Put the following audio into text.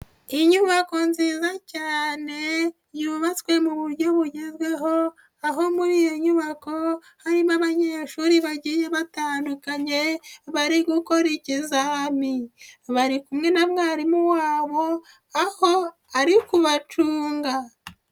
Inyubako nziza cyane, yubatswe mu buryo bugezweho, aho muri iyo nyubako, harimo abanyeshuri bagiye batandukanye, bari gukora ikizami. Bari kumwe na mwarimu wabo, aho ari kubacunga.